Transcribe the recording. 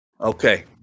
Okay